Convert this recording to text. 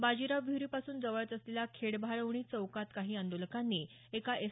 बाजीराव विहिरी पासून जवळच असलेल्या खेडभाळवणी चौकात काही आंदोलकांनी एका एस